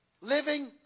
Living